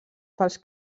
pels